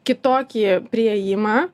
kitokį priėjimą